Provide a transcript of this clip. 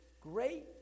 great